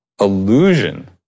illusion